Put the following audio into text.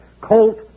Colt